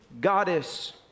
goddess